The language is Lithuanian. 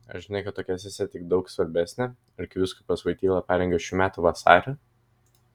ar žinai kad tokią sesiją tik daug svarbesnę arkivyskupas voityla parengė šių metų vasarį